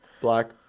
Black